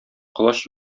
колач